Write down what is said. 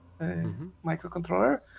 microcontroller